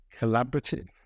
collaborative